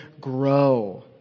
grow